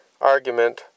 argument